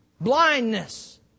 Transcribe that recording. Blindness